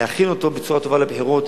להכין אותו בצורה טובה לבחירות,